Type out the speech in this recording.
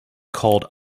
called